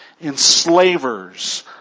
enslavers